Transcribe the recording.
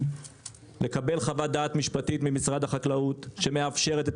לקבל חוות דעת משפטית ממשרד החקלאות שמאפשרת את